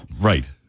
Right